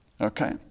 Okay